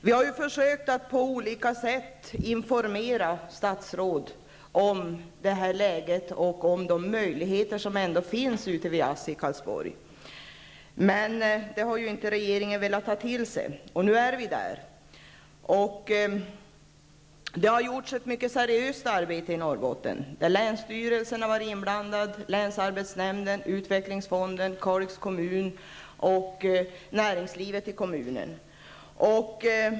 Vi har försökt att på olika sätt informera stasrådet om läget och om de möjligheter som finns i ASSI i Karlsborg, men regeringen har inte velat ta till sig detta. Det har gjorts ett mycket seriöst arbete i Norrbotten. Länsstyrelsen, länsarbetsnämnden, utvecklingsfonden, Kalix kommun och näringslivet i kommunen har medverkat i detta.